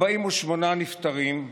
48 נפטרים,